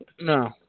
No